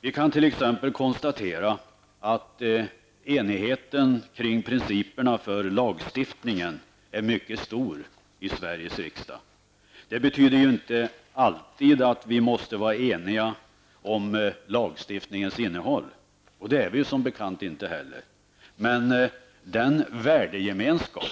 Vi kan t.ex. konstatera att enigheten kring principerna för lagstiftning är mycket stor i Sveriges riksdag. Det betyder ju inte att vi alltid måste vara eniga om lagstiftningens innehåll, och det är vi som bekant inte heller. Men den värdegemenskap